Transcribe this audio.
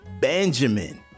Benjamin